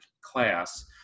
class